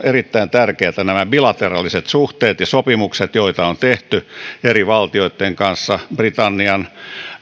erittäin tärkeitä nämä bilateraaliset suhteet ja sopimukset joita on tehty eri valtioitten kanssa britannian